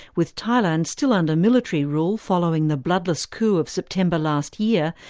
with thailand still under military rule following the bloodless coup of september last year,